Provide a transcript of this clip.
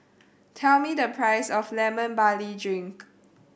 tell me the price of Lemon Barley Drink